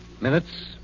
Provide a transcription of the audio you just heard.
Minutes